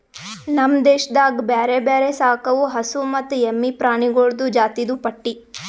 ನಮ್ ದೇಶದಾಗ್ ಬ್ಯಾರೆ ಬ್ಯಾರೆ ಸಾಕವು ಹಸು ಮತ್ತ ಎಮ್ಮಿ ಪ್ರಾಣಿಗೊಳ್ದು ಜಾತಿದು ಪಟ್ಟಿ